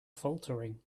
faltering